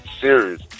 serious